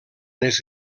les